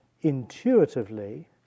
intuitively